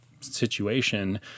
situation